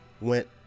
went